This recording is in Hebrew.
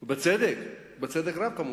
בצדק, בצדק רב, כמובן.